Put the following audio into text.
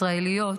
ישראליות,